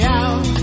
out